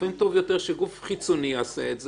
לפעמים זה טוב יותר שגוף חיצוני יעשה את זה.